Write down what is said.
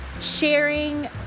sharing